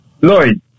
Lloyd